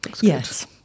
Yes